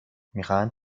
میخواهند